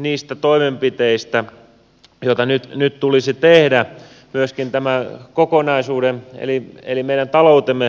niistä toimenpiteistä joita nyt tulisi tehdä myöskin tämän kokonaisuuden eli meidän taloutemme parantamiseksi